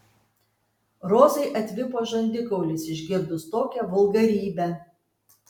rozai atvipo žandikaulis išgirdus tokią vulgarybę